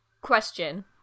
question